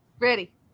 Ready